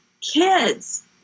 kids